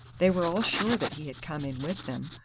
they were all sure that he had come in with them,